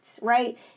right